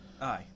Aye